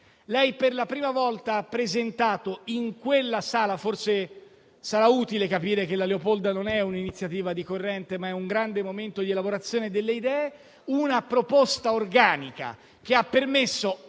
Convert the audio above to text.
e, per la prima volta, ha presentato in quella sala - forse sarà utile capire che la Leopolda non è un'iniziativa di corrente, ma un grande momento di elaborazione delle idee - una proposta organica, che ha permesso,